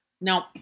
No